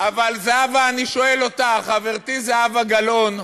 אבל חברתי זהבה גלאון,